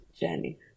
Jenny